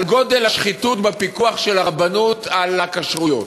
על גודל השחיתות בפיקוח של הרבנות על הכשרויות.